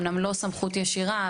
אמנם לא כסמכות ישירה,